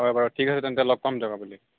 হয় বাৰু ঠিক আছে তেন্তে লগ পাম দিয়ক আবেলি